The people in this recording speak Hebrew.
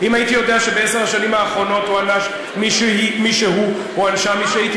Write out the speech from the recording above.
אם הייתי יודע שבעשר השנים האחרונות הוענש מישהו או הוענשה מישהי,